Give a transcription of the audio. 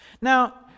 Now